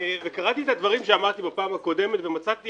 קראתי את הדברים שאמרתי בפעם הקודמת ומצאתי